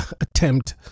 attempt